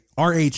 RH